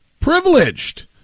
privileged